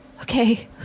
Okay